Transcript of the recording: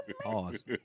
Pause